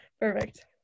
perfect